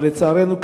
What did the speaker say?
אבל לצערנו,